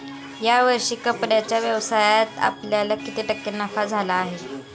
या वर्षी कपड्याच्या व्यवसायात आपल्याला किती टक्के नफा झाला आहे?